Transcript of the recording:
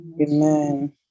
Amen